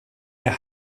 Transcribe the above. der